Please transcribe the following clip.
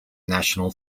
national